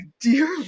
dear